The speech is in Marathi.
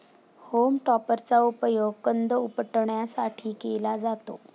होम टॉपरचा उपयोग कंद उपटण्यासाठी केला जातो